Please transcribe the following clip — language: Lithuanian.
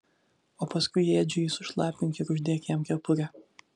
o paskui edžiui sušlapink ir uždėk jam kepurę